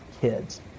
kids